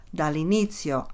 dall'inizio